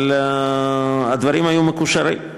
אבל הדברים היו מקושרים.